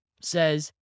says